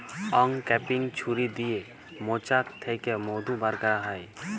uncapping ছুরি দিয়ে মোচাক থ্যাকে মধু ব্যার ক্যারা হয়